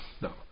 no